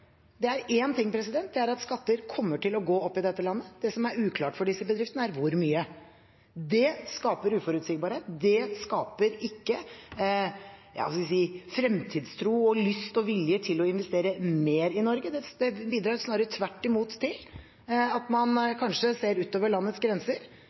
er én ting, og det er at skatter kommer til å gå opp i dette landet. Det som er uklart for disse bedriftene, er hvor mye. Det skaper uforutsigbarhet, det skaper ikke – skal vi si – fremtidstro, lyst og vilje til å investere mer i Norge. Det bidrar snarere tvert imot til at man kanskje ser ut over landets grenser